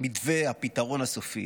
מתווה הפתרון הסופי,